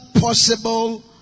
possible